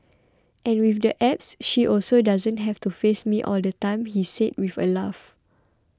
and with the Apps she also doesn't have to face me all the time he said with a laugh